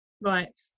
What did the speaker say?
Right